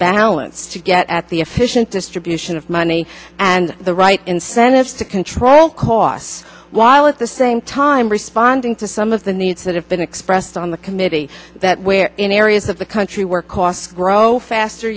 balance to get at the efficient distribution of money and the right incentives to control costs while at the same time responding to some of the needs that have been expressed on the committee that where in areas of the country where costs grow faster